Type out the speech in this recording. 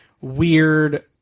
weird